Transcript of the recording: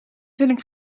vulling